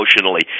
emotionally